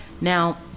Now